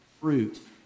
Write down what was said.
fruit